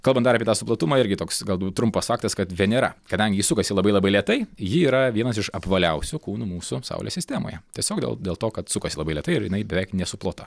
kalbant dar apie tą suplotumą irgi toks galbūt trumpas faktas kad venera kadangi ji sukasi labai labai lėtai ji yra vienas iš apvaliausių kūnų mūsų saulės sistemoje tiesiog dėl dėl to kad sukasi labai lėtai ir jinai beveik nesuplota